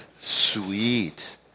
sweet